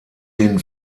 den